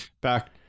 Back